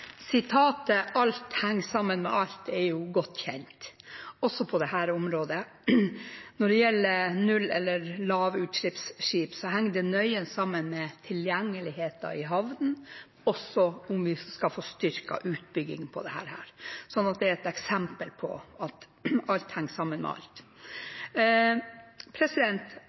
jo godt kjent, også på dette området. Når det gjelder null- eller lavutslippsskip, henger det nøye sammen med tilgjengeligheten i havn, og også av om vi skal få styrket utbyggingen av dette. Det er et eksempel på at alt henger sammen med alt.